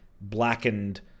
blackened